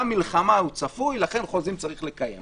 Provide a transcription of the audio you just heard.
גם מלחמה היא צפויה ולכן חוזים צריך לקיים,